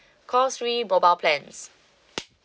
call three mobile plans